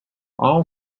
all